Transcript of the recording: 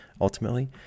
Ultimately